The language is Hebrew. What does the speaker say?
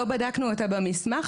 לא בדקנו אותה במסמך,